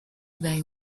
they